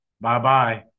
Bye-bye